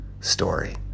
story